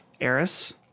Eris